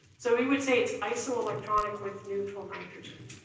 so we would say it's isoelectronic with neutral nitrogen.